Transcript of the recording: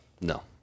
No